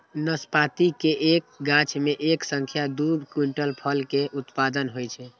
नाशपाती के एक गाछ मे एक सं दू क्विंटल फल के उत्पादन होइ छै